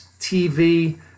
TV